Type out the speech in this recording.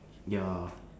ya